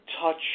touch